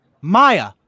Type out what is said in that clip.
Maya